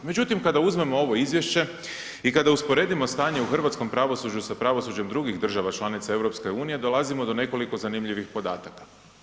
Međutim kada uzmemo ovo izvješće i kada usporedimo stanje u hrvatskom pravosuđu sa pravosuđem drugih država članica EU-a, dolazimo do nekoliko zanimljivih podataka.